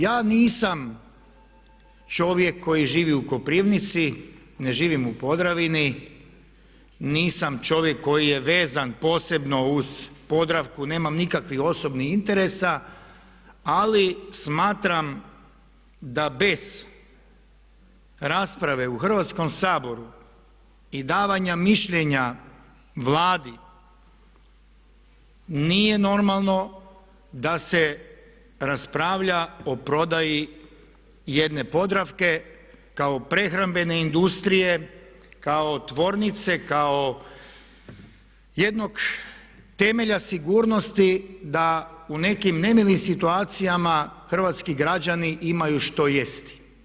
Ja nisam čovjek koji živi u Koprivnici, ne živim u Podravini, nisam čovjek koji je vezan posebno uz Podravku, nemam nikakvih osobnih interesa ali smatram da bez rasprave u Hrvatskom saboru i davanja mišljenja Vladi nije normalno da se raspravlja o prodaji jedne Podravke kao prehrambene industrije, kao tvornice, kao jednog temelja sigurnosti da u nekim nemilim situacijama hrvatski građani imaju što jesti.